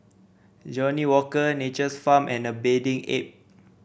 Johnnie Walker Nature's Farm and A Bathing Ape